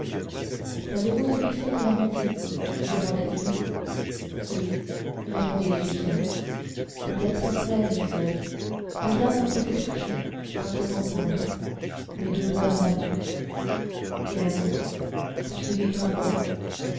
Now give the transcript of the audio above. savez-vous ce que c'est que l'amitié demanda-t-il oui répondit l'égyptienne c'est être frère et soeur deux âmes qui se touchent sans se confondre les deux doigts de la main et l'amour poursuivit gringoire